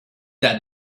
that